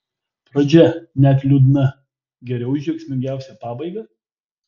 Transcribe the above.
pradžia net liūdna geriau už džiaugsmingiausią pabaigą